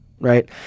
right